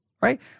right